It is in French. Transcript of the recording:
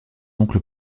oncle